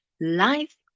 life